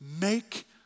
make